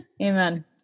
Amen